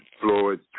Floyd